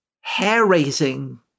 hair-raising